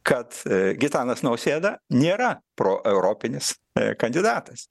kad gitanas nausėda nėra proeuropinis kandidatas